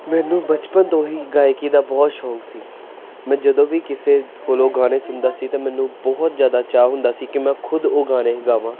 ਮੈਨੂੰ ਬਚਪਨ ਤੋਂ ਹੀ ਗਾਇਕੀ ਦਾ ਬਹੁਤ ਸ਼ੌਕ ਸੀ ਮੈਂ ਜਦੋਂ ਵੀ ਕਿਸੇ ਕੋਲੋਂ ਗਾਣੇ ਸੁਣਦਾ ਸੀ ਤਾਂ ਮੈਨੂੰ ਬਹੁਤ ਜ਼ਿਆਦਾ ਚਾਅ ਹੁੰਦਾ ਸੀ ਕਿ ਮੈਂ ਖੁਦ ਉਹ ਗਾਣੇ ਗਾਵਾਂ